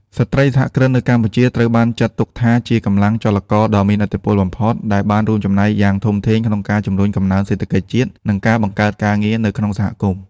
ស្ត្រីសហគ្រិននៅកម្ពុជាត្រូវបានចាត់ទុកថាជាកម្លាំងចលករដ៏មានឥទ្ធិពលបំផុត ដែលបានរួមចំណែកយ៉ាងធំធេងក្នុងការជំរុញកំណើនសេដ្ឋកិច្ចជាតិ និងការបង្កើតការងារនៅក្នុងសហគមន៍។